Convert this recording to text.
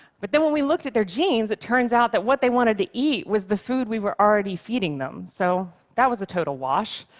but when we looked at their genes, it turns out that what they wanted to eat was the food we were already feeding them. so that was a total wash.